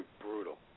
brutal